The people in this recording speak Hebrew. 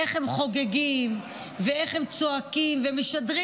איך הם חוגגים ואיך הם צועקים ומשדרים